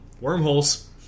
wormholes